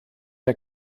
der